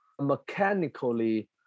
mechanically